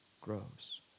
grows